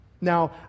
Now